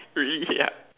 really yeah